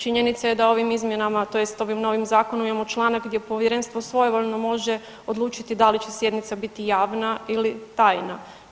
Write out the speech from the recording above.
Činjenica je da ovim izmjenama tj. ovim novim zakonom imamo članak gdje povjerenstvo svojevoljno može odlučiti da li će sjednica biti javna ili tajna.